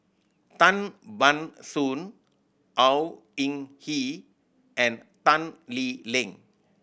Tan Ban Soon Au Hing Yee and Tan Lee Leng